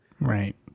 Right